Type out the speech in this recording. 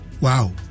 Wow. (